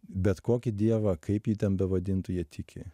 bet kokį dievą kaip jį ten be vadintų jie tiki